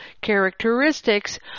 characteristics